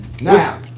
Now